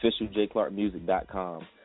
Officialjclarkmusic.com